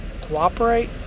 Cooperate